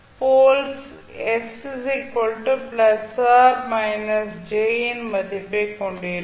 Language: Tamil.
போல்ஸ் s ±j மதிப்பைக் கொண்டிருக்கும்